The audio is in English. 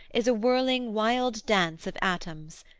is a whirling, wild dance of atoms.